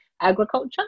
agriculture